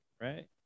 right